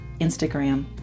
Instagram